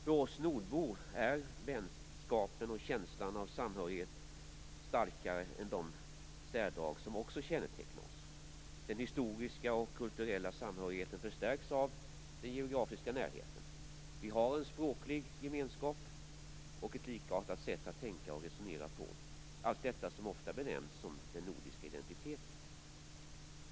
För oss nordbor är vänskapen och känslan av samhörighet starkare än de särdrag som också kännetecknar oss. Den historiska och kulturella samhörigheten förstärks av den geografiska närheten. Vi har en språklig gemenskap och ett likartat sätt att tänka och resonera, allt detta som ofta benämns "den nordiska identiteten".